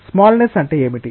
small Nes అంటే ఏమిటి